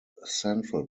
central